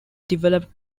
developed